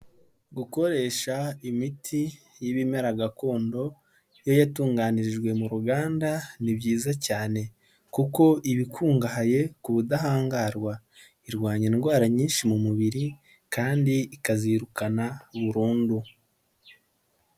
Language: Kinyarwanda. Gukoresha imiti y'ibimera gakondo, iyo yatunganirijwe mu ruganda ni byiza cyane, kuko iba ikungahaye ku budahangarwa, irwanya indwara nyinshi mu mubiri, kandi ikazirukana burundu.